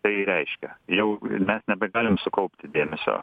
tai reiškia jau mes nebegalim sukaupti dėmesio